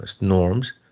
norms